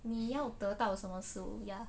你要得到什么食物 ya